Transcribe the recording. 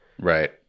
right